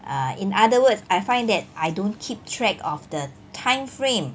uh other words I find that I don't keep track of the time frame